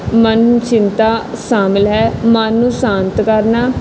ਮਨ ਚਿੰਤਾ ਸ਼ਾਮਲ ਹੈ ਮਨ ਨੂੰ ਸ਼ਾਂਤ ਕਰਨਾ